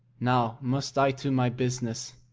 now must i to my business.